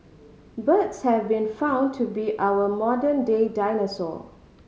birds have been found to be our modern day dinosaur